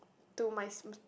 to my sp~